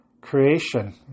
creation